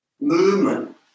movement